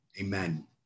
Amen